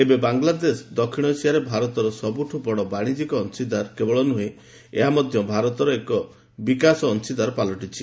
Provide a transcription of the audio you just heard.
ଏବେ ବାଂଲାଦେଶ ଦକ୍ଷିଣ ଏସିଆରେ ଭାରତର ସବୁଠୁ ବଡ଼ ବାଣିଜ୍ୟିକ ଅଂଶୀଦାର କେବଳ ନୁହେଁ ଏହା ମଧ୍ୟ ଭାରତର ଏକ ବିକାଶ ଅଂଶୀଦାର ପାଲଟିଛି